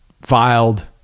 filed